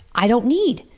i don't need.